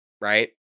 right